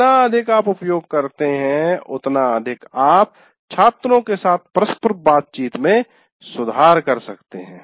जितना अधिक आप उपयोग करते हैं उतना अधिक आप छात्रों के साथ परस्पर बातचीत में सुधार कर सकते हैं